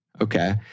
okay